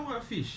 boleh ke